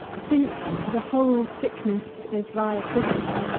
since the whole sickness is thy physic,